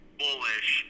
bullish